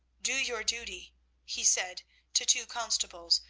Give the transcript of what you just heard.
do your duty he said to two constables,